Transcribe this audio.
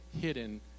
hidden